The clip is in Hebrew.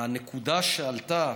הנקודה שעלתה,